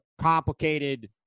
complicated